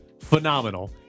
Phenomenal